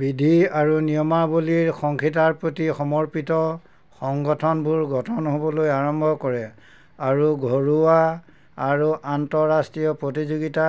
বিধি আৰু নিয়মাৱলীৰ সংহিতাৰ প্ৰতি সমৰ্পিত সংগঠনবোৰ গঠন হ'বলৈ আৰম্ভ কৰে আৰু ঘৰুৱা আৰু আন্তঃৰাষ্ট্ৰীয় প্ৰতিযোগিতা